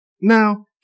Now